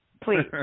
please